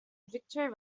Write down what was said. victory